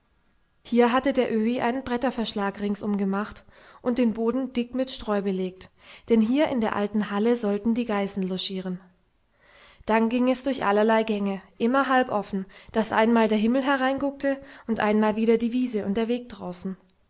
hier hatte der öhi einen bretterverschlag ringsum gemacht und den boden dick mit streu belegt denn hier in der alten halle sollten die geißen logieren dann ging es durch allerlei gänge immer halb offen daß einmal der himmel hereinguckte und einmal wieder die wiese und der weg draußen